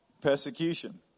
Persecution